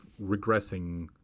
regressing